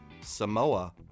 Samoa